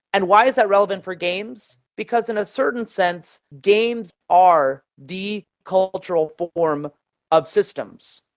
and why is that relevant for games? because in a certain sense, games are the cultural form of systems.